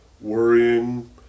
worrying